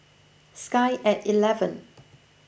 Sky at eleven